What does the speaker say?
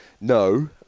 no